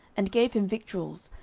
and gave him victuals,